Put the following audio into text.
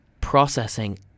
processing